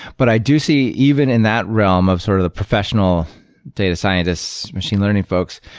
but i do see even in that realm of sort of the professional data scientists, machine learning folks,